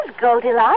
Goldilocks